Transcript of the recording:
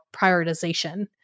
prioritization